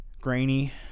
grainy